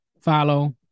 follow